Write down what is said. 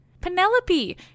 Penelope